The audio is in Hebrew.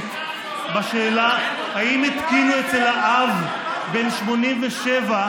תהומית בשאלה: האם התקינו אצל האב, בן 87,